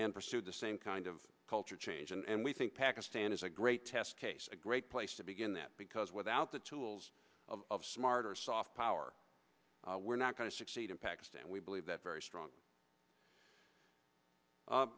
and pursue the same kind of culture change and we think pakistan is a great test case a great place to begin that because without the tools of smarter soft power we're not going to succeed in pakistan we believe that very strong